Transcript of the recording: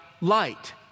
light